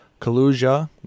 Kalusia